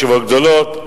ישיבות גדולות,